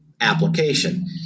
application